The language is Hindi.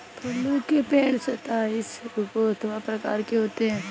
फलों के पेड़ सताइस रूपों अथवा प्रकार के होते हैं